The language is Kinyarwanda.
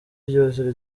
ryose